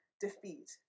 defeat